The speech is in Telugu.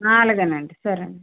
అలాగే అండి సరే అండి